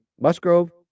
Musgrove